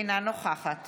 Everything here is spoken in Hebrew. אינה נוכחת